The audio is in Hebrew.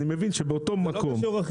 אני מבין שבאותו מקום --- זה לא קשור.